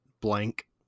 blank